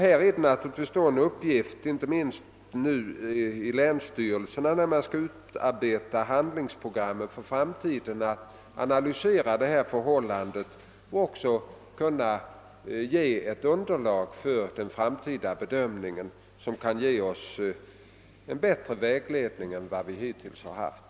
Här blir det naturligtvis en uppgift inte minst för länsstyrelsen, när den skall utarbeta handlingsprogram för framtiden, att analysera detta förhållande och även kunna ge ett underlag för en framtida bedömning, varigenom vi kan få en bättre vägledning än vad vi hittills har haft.